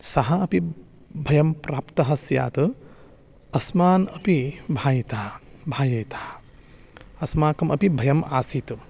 सः अपि भयं प्राप्तः स्यात् अस्मान् अपि भायिता भायिता अस्माकम् अपि भयम् आसीत्